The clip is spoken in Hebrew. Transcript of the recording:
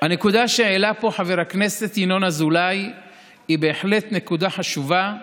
הנקודה שהעלה פה חבר הכנסת ינון אזולאי היא בהחלט נקודה חשובה,